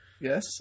Yes